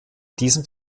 diesem